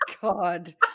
God